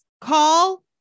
Call